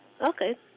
Okay